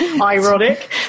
Ironic